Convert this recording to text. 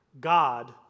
God